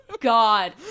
God